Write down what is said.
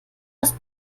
aus